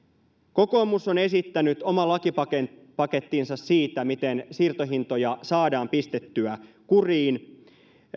kokoomus on esittänyt oman lakipakettinsa siitä miten siirtohintoja saadaan pistettyä kuriin